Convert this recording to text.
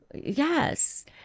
Yes